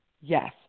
Yes